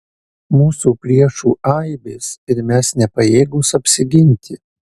mūsų priešų aibės ir mes nepajėgūs apsiginti